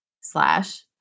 slash